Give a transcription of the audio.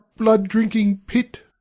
blood-drinking pit.